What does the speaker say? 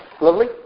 Lovely